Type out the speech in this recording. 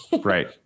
right